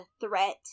threat